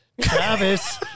Travis